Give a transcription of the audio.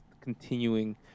continuing